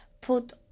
put